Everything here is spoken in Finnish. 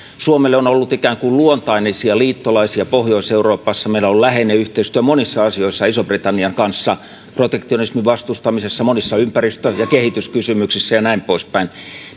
suomella on ollut ikään kuin luontaisia liittolaisia pohjois euroopassa meillä on ollut läheinen yhteistyö monissa asioissa ison britannian kanssa protektionismin vastustamisessa monissa ympäristö ja kehityskysymyksissä ja näin poispäin